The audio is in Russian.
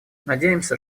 надеемся